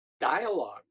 dialogue